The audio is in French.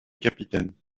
capitaine